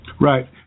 Right